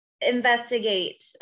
investigate